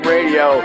Radio